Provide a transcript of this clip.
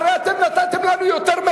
חבר הכנסת וקנין, הרי אתם נתתם לנו יותר מהם.